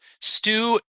Stu